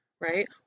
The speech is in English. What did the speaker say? right